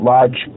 Lodge